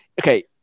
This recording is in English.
okay